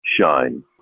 shine